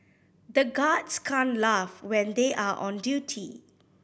the guards can't laugh when they are on duty